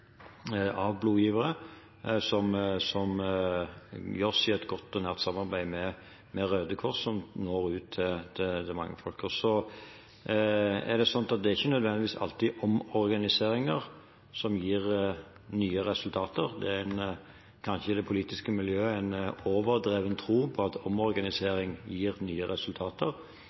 av blodgivere, noe som gjøres i et godt og nært samarbeid med Røde Kors, som når ut til mange folk. Det er ikke nødvendigvis alltid omorganiseringer som gir nye resultater. Det er kanskje i det politiske miljøet en overdreven tro på at omorganisering gir nye resultater.